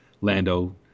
Lando